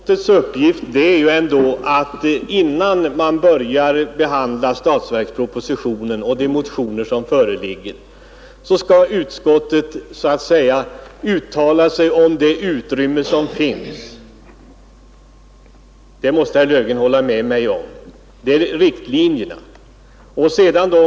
Herr talman! Finansutskottets uppgift är att innan man börjar behandla statsverkspropositionens huvudtitlar och de motioner som föreligger i anslutning härtill uttala sig om det finansiella utrymme som finns — det måste herr Löfgren hålla med mig om. Det är de stora riktlinjerna som därvid skall dras upp.